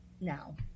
now